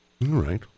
right